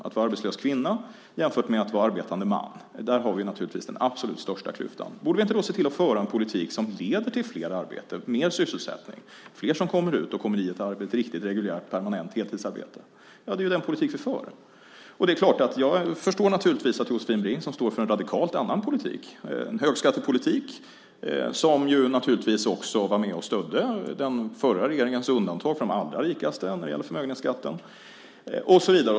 Att vara arbetslös kvinna jämfört med att vara arbetande man - där har vi naturligtvis den absolut största klyftan. Borde vi då inte se till att föra en politik som leder till fler arbeten, mer sysselsättning, till att fler kommer ut och får ett riktigt reguljärt permanent heltidsarbete? Ja, det är ju den politik vi för. Jag förstår naturligtvis att Josefin Brink står för en radikalt annan politik. Det är en högskattepolitik, och man var naturligtvis också med och stödde den förra regeringens undantag för de allra rikaste när det gällde förmögenhetsskatten och så vidare.